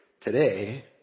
today